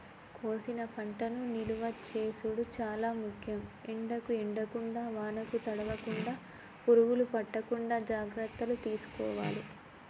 కోసిన పంటను నిలువ చేసుడు చాల ముఖ్యం, ఎండకు ఎండకుండా వానకు తడవకుండ, పురుగులు పట్టకుండా జాగ్రత్తలు తీసుకోవాలె